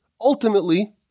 ultimately